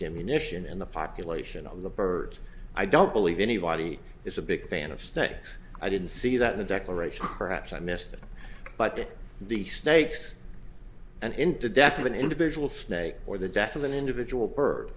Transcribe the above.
gimme nisshin in the population of the birds i don't believe anybody is a big fan of stakes i didn't see that in the declaration perhaps i missed it but the stakes and into death of an individual snake or the death of an individual bird